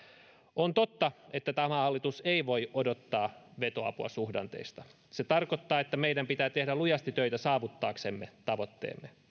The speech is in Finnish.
on totta että tämä hallitus ei voi odottaa vetoapua suhdanteista se tarkoittaa että meidän pitää tehdä lujasti töitä saavuttaaksemme tavoitteemme